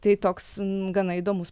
tai toks gana įdomus